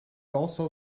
also